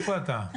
איפה אתה?